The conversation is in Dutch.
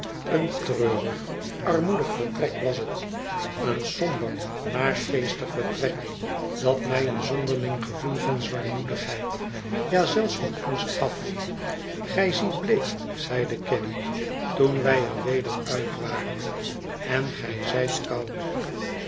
een treurig armoedig vertrek was het een somber naargeestig vertrek dat mij een jufvrouw flite en haar dokter s zonderling gevoel van zwaarmoedigheid ja zelfs van angst gaf gij ziet bleek zeide caddy toen wij er weder uit waren en gij zijtkoud